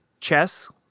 Chess